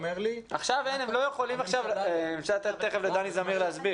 הם לא יכולים עכשיו אני אתן תכף לדני זמיר להסביר.